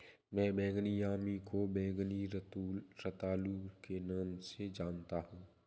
मैं बैंगनी यामी को बैंगनी रतालू के नाम से जानता हूं